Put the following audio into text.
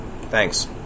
Thanks